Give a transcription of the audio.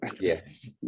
yes